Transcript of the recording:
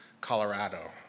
Colorado